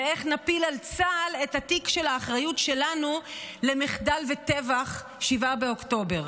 ואיך נפיל על צה"ל את התיק של האחריות שלנו למחדל וטבח 7 באוקטובר.